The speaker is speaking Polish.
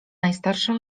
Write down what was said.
najstarsza